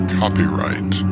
copyright